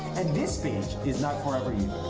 and this page is not forever either.